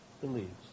believes